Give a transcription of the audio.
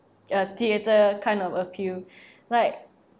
a theater kind of appeal like